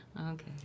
Okay